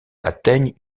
atteignent